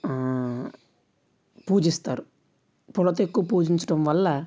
పూజిస్తారు పూలతో ఎక్కువ పూజించడం వల్ల